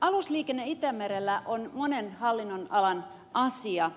alusliikenne itämerellä on monen hallinnonalan asia